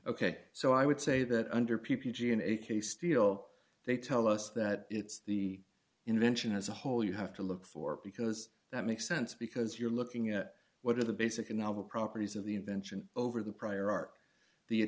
ok so i would say that under p g and e casteel they tell us that it's the invention as a whole you have to look for it because that makes sense because you're looking at what are the basic novel properties of the invention over the prior art the